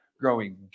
growing